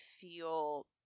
feel